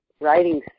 writing